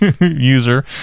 user